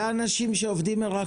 אלה אנשים שעובדים מרחוק.